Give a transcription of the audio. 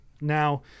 Now